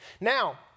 Now